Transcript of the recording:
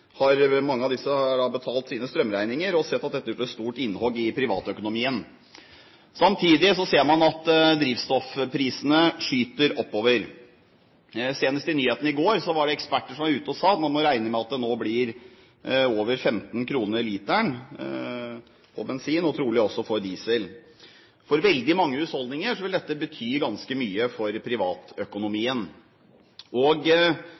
Mange av disse har betalt sine strømregninger og sett at dette har gjort et stort innhugg i privatøkonomien. Samtidig ser man at drivstoffprisene skyter i været. Senest i nyhetene i går var det eksperter som var ute og sa at man må regne med at det nå blir over 15 kr literen for bensin, og trolig også for diesel. For veldig mange husholdninger vil dette bety ganske mye for